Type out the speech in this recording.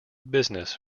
business